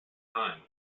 time